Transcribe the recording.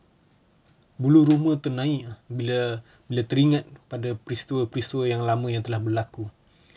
bulu roma ternaik ah bila bila teringat pada peristiwa-peristiwa yang lama yang telah berlaku